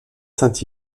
saint